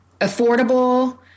affordable